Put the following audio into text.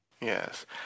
Yes